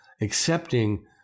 accepting